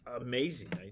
amazing